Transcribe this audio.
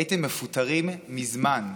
הייתם מפוטרים מזמן.